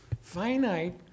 Finite